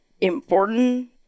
important